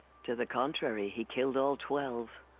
to the contrary! he killed all twelve.